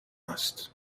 هست